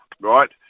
right